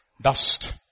Dust